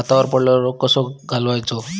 भातावर पडलेलो रोग कसो घालवायचो?